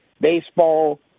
baseball